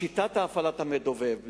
שיטת הפעלת המדובב,